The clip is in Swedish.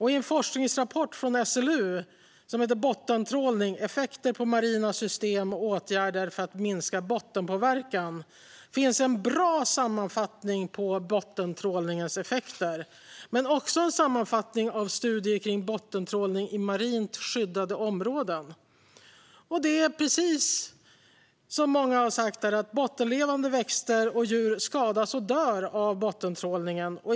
I en forskningsrapport från SLU, Bottentrålning - effekter på marina system och åtgärder för att minska bottenpåverkan , finns en bra sammanfattning av bottentrålningens effekter och dessutom en sammanfattning av studier av bottentrålning i marint skyddade områden. Precis som många har sagt här skadas och dör bottenlevande växter och djur av bottentrålning.